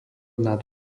nad